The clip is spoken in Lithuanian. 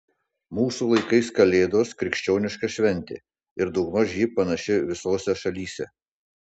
mūsų laikais kalėdos krikščioniška šventė ir daugmaž ji panaši visose šalyse